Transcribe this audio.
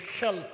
help